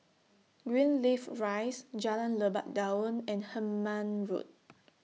Greenleaf Rise Jalan Lebat Daun and Hemmant Road